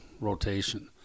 rotation